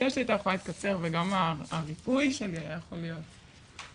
התקופה שלי הייתה יכולה להתקצר וגם הריפוי שלי היה יכול להיות קודם.